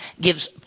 gives